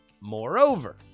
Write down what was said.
Moreover